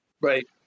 Right